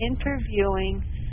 interviewing